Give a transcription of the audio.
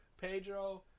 Pedro